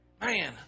Man